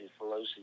Pelosi